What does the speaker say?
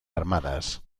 armadas